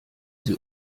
sie